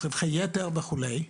מס רווחי יתר וכולי.